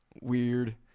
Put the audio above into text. Weird